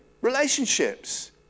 relationships